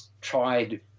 tried